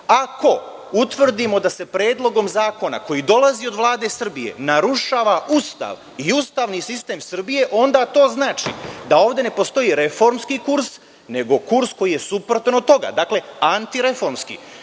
Ako utvrdimo da se predlogom zakona, koji dolazi od Vlade Srbije, narušava Ustav i ustavni sistem Srbije, onda to znači da ovde ne postoji reformski kurs, nego kurs koji je suprotan od toga, dakle antireformski. Gospodin